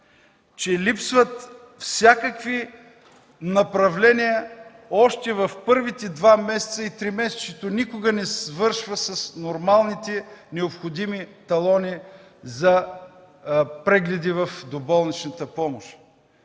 че липсват всякакви направления още в първите два месеца и тримесечието никога не свършва с нормалните необходими талони за прегледи в доболничната помощ.